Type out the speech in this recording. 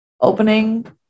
opening